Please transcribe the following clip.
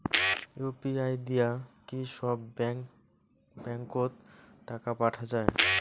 UPI দিয়া কি সব ব্যাংক ওত টাকা পাঠা যায়?